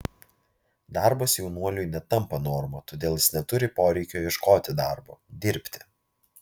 darbas jaunuoliui netampa norma todėl jis neturi poreikio ieškoti darbo dirbti